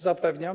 Zapewniam.